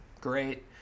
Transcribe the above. great